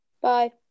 Bye